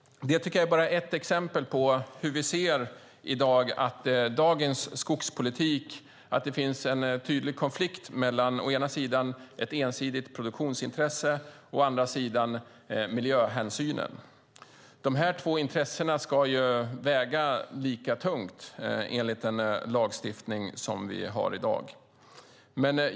Det är bara ett exempel på hur vi ser att det i dagens skogspolitik finns en tydlig konflikt mellan å ena sidan ett ensidigt produktionsintresse och å andra sidan miljöhänsynen. Dessa två intressen ska ju väga lika tungt, enligt den lagstiftning som vi har i dag.